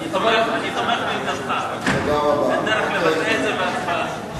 אני תומך בעמדתך ותראה את זה בהצבעה שלי.